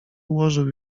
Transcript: ułożył